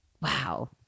wow